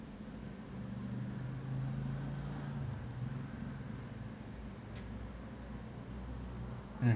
mm